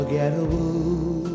Unforgettable